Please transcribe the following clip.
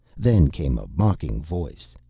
then came a mocking voice.